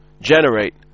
generate